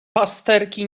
pasterki